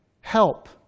help